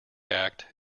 act